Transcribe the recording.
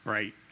Right